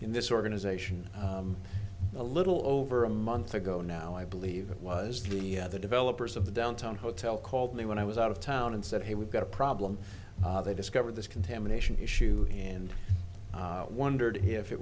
in this organization a little over a month ago now i believe it was the other developers of the downtown hotel called me when i was out of town and said hey we've got a problem they discovered this contamination issue and wondered if it